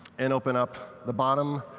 and open up the bottom,